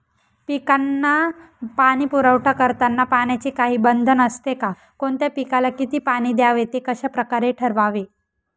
पिकांना पाणी पुरवठा करताना पाण्याचे काही बंधन असते का? कोणत्या पिकाला किती पाणी द्यावे ते कशाप्रकारे ठरवावे?